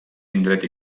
indret